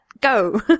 go